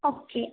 okay